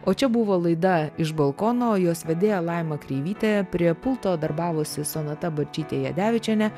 o čia buvo laida iš balkono jos vedėja laima kreivytė prie pulto darbavosi sonata barčytė jadevičienė